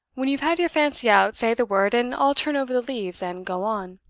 when you've had your fancy out, say the word, and i'll turn over the leaves and go on.